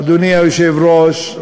אדוני היושב-ראש,